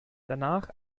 danach